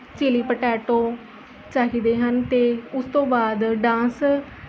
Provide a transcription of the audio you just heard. chilli potato ਚਾਹੀਦੇ ਹਨ ਅਤੇ ਉਸ ਤੋਂ ਬਾਅਦ ਡਾਂਸ